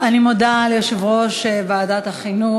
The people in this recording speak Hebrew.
אני מודה ליושב-ראש ועדת החינוך,